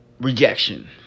rejection